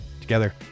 together